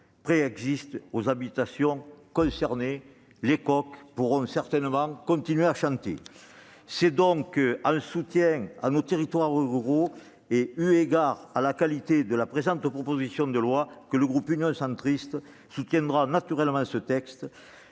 préexiste aux habitations concernées. Les coqs pourront ainsi continuer de chanter ! C'est donc en soutien à nos territoires ruraux et eu égard à la qualité de la présente proposition de loi que le groupe Union Centriste votera naturellement ce texte,